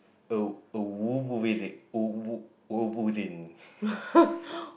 a a wolverin~ wolve~ wolverine